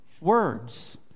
words